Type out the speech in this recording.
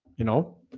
you know